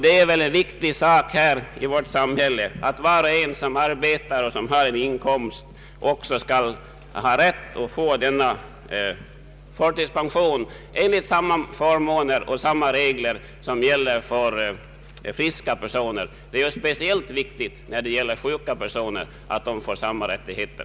Det bör vara en princip i vårt samhälle att var och en som arbetar och som har inkomst också skall ha rätt att få ATP med samma förmåner och enligt samma regler oberoende av om det gäller sjuka eller friska personer. Det är särskilt viktigt att sjuka personer får dessa rättigheter.